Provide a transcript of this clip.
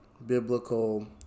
biblical